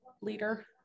leader